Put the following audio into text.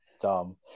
dumb